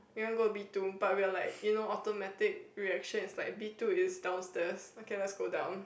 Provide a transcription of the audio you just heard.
we want go B two but we were like you know automatic reaction is like B two is downstairs okay let's go down